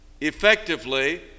effectively